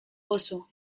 oso